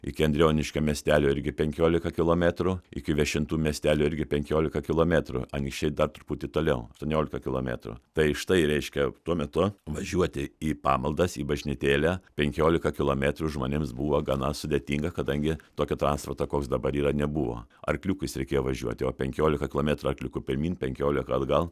iki andrioniškio miestelio irgi penkiolika kilometrų iki viešintų miestelio irgi penkiolika kilometrų anykščiai dar truputį toliau aštuoniolika kilometrų tai štai reiškia tuo metu važiuoti į pamaldas į bažnytėlę penkiolika kilometrų žmonėms buvo gana sudėtinga kadangi tokio transporto koks dabar yra nebuvo arkliukais reikėjo važiuoti o penkiolika kilometrų arkliuku pirmyn penkiolika atgal